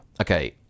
okay